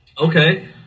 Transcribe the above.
Okay